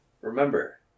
remember